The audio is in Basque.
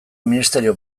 ministerio